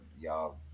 y'all